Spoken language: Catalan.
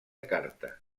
carta